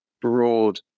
broad